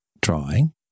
Drawing